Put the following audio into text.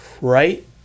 right